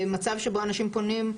מצב שבו אנשים פונים,